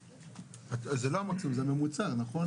זה לא המקסימום, זה הממוצע, נכון?